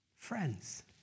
Friends